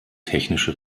technische